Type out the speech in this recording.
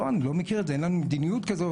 לא, אני לא מכיר את זה, אין לנו מדיניות כזו.